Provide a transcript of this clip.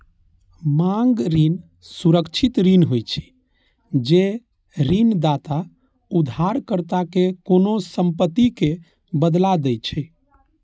मांग ऋण सुरक्षित ऋण होइ छै, जे ऋणदाता उधारकर्ता कें कोनों संपत्तिक बदला दै छै